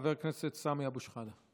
חבר הכנסת סמי אבו שחאדה.